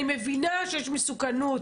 אני מבינה שיש מסוכנות,